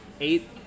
Eight